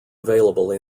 available